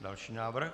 Další návrh.